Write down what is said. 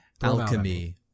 Alchemy